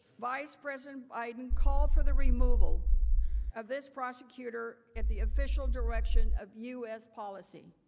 vice president biden called for the removal of this prosecutor at the official direction of u s. policy.